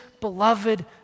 beloved